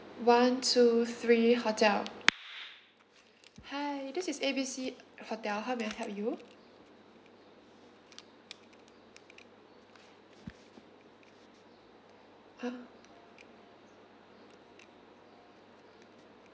one two three hotel hi this is A B C hotel how may I help you